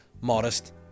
Modest